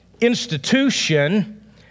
institution